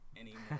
anymore